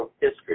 history